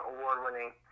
Award-winning